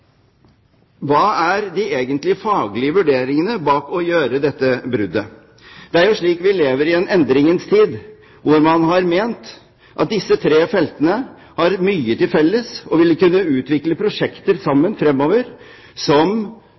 Hva er de egentlige, faglige vurderingene bak å gjøre dette bruddet? Det er jo slik at vi lever i en endringens tid, hvor man har ment at disse tre feltene har mye til felles og ville kunne utvikle prosjekter sammen fremover som